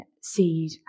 Seed